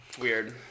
Weird